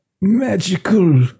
magical